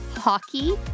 Hockey